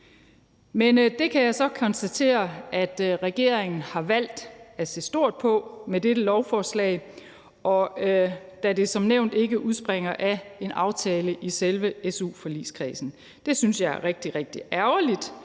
Men det kan jeg så konstatere at regeringen har valgt at se stort på med dette lovforslag, da det som nævnt ikke udspringer af en aftale i selve su-forligskredsen. Det synes jeg er rigtig, rigtig